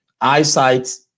Eyesight